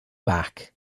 back